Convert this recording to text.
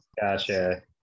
Gotcha